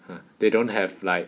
they don't have like